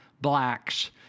blacks –